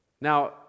Now